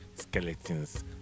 skeletons